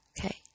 Okay